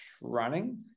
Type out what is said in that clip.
running